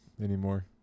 anymore